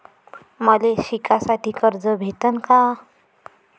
मले शिकासाठी कर्ज भेटन का?